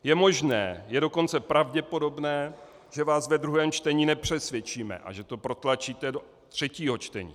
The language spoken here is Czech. Je možné, je dokonce pravděpodobné, že vás ve druhém čtení nepřesvědčíme a že to protlačíte do třetího čtení.